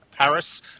Paris